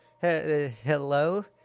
hello